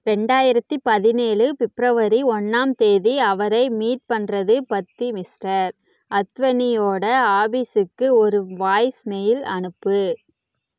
ரெண்டாயிரத்தி பதினேழு பிப்ரவரி ஒன்றாம் தேதி அவரை மீட் பண்ணுறது பற்றி மிஸ்டர் அத்வநியோட ஆஃபீஸுக்கு ஒரு வாய்ஸ் மெயில் அனுப்பு